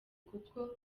kuko